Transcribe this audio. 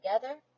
together